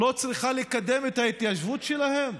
לא צריכה לקדם את ההתיישבות שלהם?